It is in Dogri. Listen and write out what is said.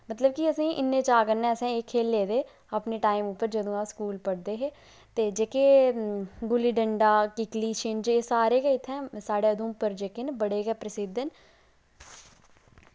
मतलब कि असें इन्ने चाऽ कन्नै असैं एह् खेल्ले दे अपने टाईम उप्पर जदूं अस स्कूल पढ़दे हे ते जेह्के गुल्ली डंडा कीककली छिंज एह् सारे गै इत्थैं साढ़ै उधमपुर जेह्के न बड़े गै प्रसिद्ध न